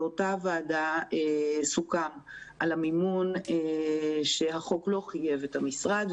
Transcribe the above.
באותה ועדה סוכם על המינון שהחוק לא חייב את המשרד,